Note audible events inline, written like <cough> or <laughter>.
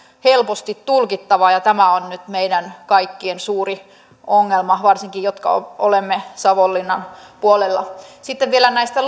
helposti tulkittava ja tämä on nyt meidän kaikkien suuri ongelma varsinkin meidän jotka olemme savonlinnan puolella sitten vielä näistä <unintelligible>